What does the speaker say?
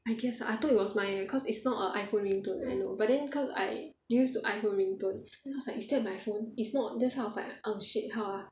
I guess so I thought it was mine cause it's not a iphone ringtone I know but then cause I used to iphone ringtone so I was like is that my phone is not that's why I was like oh shit how ah